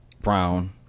Brown